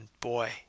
boy